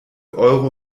euro